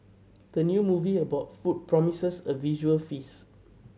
the new movie about food promises a visual feast